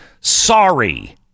sorry